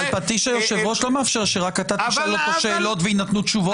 פטיש היושב-ראש לא מאפשר שרק אתה תשאל אותו שאלות ויינתנו תשובות.